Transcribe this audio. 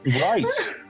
Right